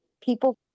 people